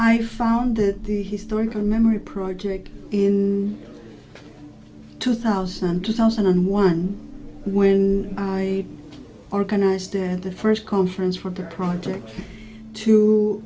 i founded the historical memory project in two thousand two thousand and one when i organise did the first conference for the project to